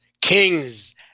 kings